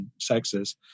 sexes